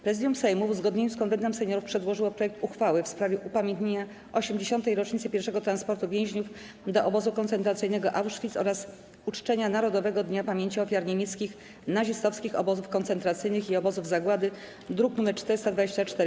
Prezydium Sejmu, w uzgodnieniu z Konwentem Seniorów, przedłożyło projekt uchwały w sprawie upamiętnienia 80. rocznicy pierwszego transportu więźniów do obozu koncentracyjnego Auschwitz oraz uczczenia Narodowego Dnia Pamięci Ofiar Niemieckich Nazistowskich Obozów Koncentracyjnych i Obozów Zagłady, druk nr 424.